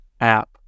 app